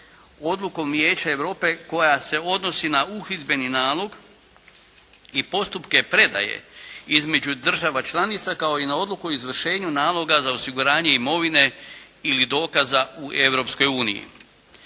Odlukom Vijeća Europe koja se odnosi na uhidbeni nalog i postupke predaje između država članica kao i na Odluku o izvršenju naloga za osiguranje imovine ili dokaza u